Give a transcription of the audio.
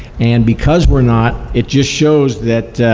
and because we're not, it just shows that